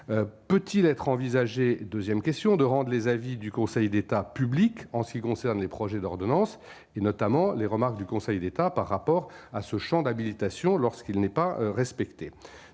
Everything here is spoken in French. peut-il être envisagé 2ème question de rendent les avis du Conseil d'État public en ce qui concerne les projets d'ordonnances et notamment les remarques du Conseil d'État, par rapport à ce Champ d'habilitation lorsqu'il n'est pas respectée